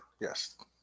Yes